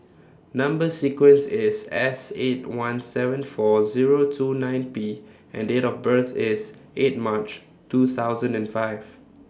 Number sequence IS S eight one seven four Zero two nine P and Date of birth IS eight March two thousand and five